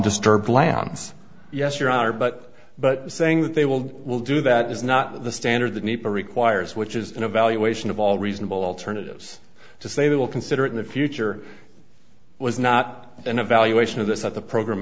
disturb lam's yes your honor but but saying that they will will do that is not the standard that need to requires which is an evaluation of all reasonable alternatives to say they will consider in the future was not an evaluation of this at the program